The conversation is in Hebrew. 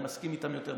אני מסכים איתם יותר,